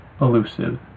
elusive